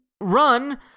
run